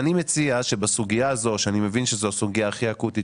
אני מציע שבסוגייה הזו שאני מבין שזו סוגייה הכי אקוטית